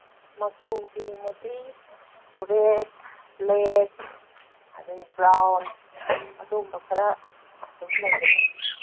ꯃꯆꯨꯒꯤ ꯑꯣꯏꯅꯗꯤ red black ꯑꯗꯒꯤ ꯕ꯭ꯔꯥꯎꯟ ꯑꯗꯨꯝꯕ ꯈꯔ ꯑꯗꯨꯝ ꯂꯩꯒꯅꯤ